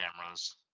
cameras